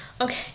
okay